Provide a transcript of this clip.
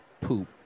poop